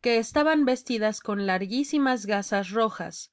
que estaban vestidas con larguísimas gasas rojas